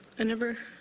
i never